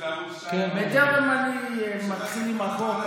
בטרם אתחיל עם החוק,